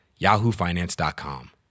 YahooFinance.com